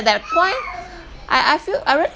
that point I I feel I really